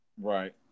right